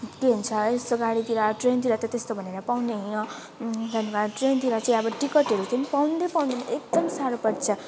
ठिकै हुन्छ है यस्तो गाडीतिर ट्रेनतिर त त्यस्तो भनेर पाउने होइन ट्रेनतिर चाहिँ अब टिकटहरू चाहिँ पाउँदै पाउँदैन एकदम साह्रो पर्छ